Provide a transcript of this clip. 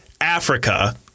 Africa